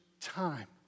time